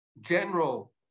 general